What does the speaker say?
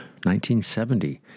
1970